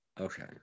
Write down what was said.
Okay